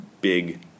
big